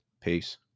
Peace